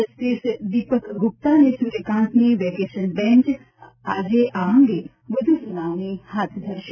justice Deepak Gupta અને સુર્યકાંતને vacation bench આજે આ અંગે વધુ સુનાવણી હાથ ધરશે